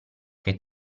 che